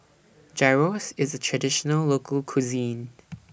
Gyros IS A Traditional Local Cuisine